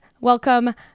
welcome